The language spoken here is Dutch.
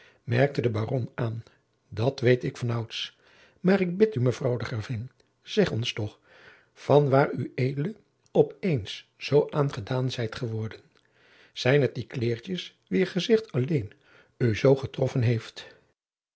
merkte de baron aan dat weet jacob van lennep de pleegzoon ik van ouds maar ik bid u mevrouw de gravin zeg ons toch van waar ued op eens zoo aangedaan zijt geworden zijn het die kleedertjens wier gezicht alleen u zoo getroffen heeft